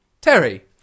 Terry